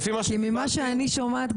ממה שאני שומעת,